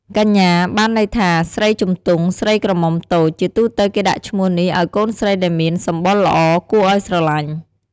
កញ្ញា បានន័យថា ស្រីជំទង់ ស្រីក្រមុំតូច។ ជាទូទៅគេដាក់ឈ្មោះនេះឲ្យកូនស្រីដែលមាន សម្បុរល្អគួរឲ្យស្រឡាញ់។